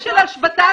300-200 רכבים